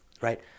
right